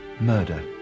murder